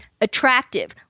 attractive